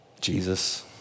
Jesus